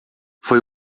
foi